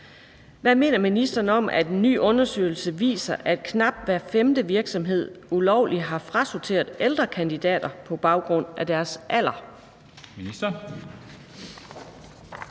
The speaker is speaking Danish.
Hvad mener ministeren om, at en ny undersøgelse viser, at knap hver femte virksomhed ulovligt har frasorteret ældre kandidater på baggrund af deres alder?